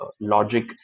logic